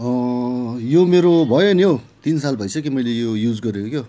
यो मेरो भयो नि हौ तिन साल भइसक्यो नि मैले यो युज गरेको क्या